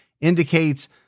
indicates